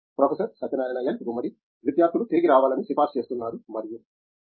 professor Satyanarayana N Gummadi విద్యార్థులు తిరిగి రావాలని సిఫార్సు చేస్తున్నారు మరియు సమయం చూడండి 1214